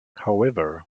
however